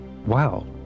wow